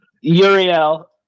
Uriel